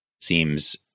seems